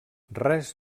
res